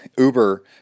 uber